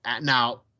now